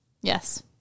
Yes